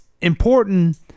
important